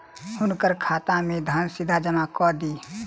हुनकर खाता में धन सीधा जमा कअ दिअ